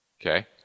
Okay